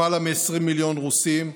למעלה מ-20 מיליון רוסים,